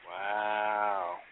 Wow